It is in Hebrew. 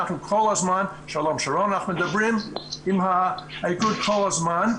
אנחנו כל הזמן מדברים עם האיגוד כל הזמן,